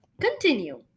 Continue